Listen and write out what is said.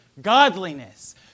godliness